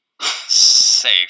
safe